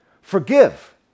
forgive